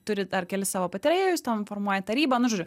turi ar kelis savo patarėjus ten informuoja tarybą nu žodžiu